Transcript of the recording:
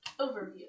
Overview